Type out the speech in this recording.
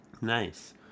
Nice